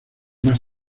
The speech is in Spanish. más